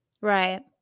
Right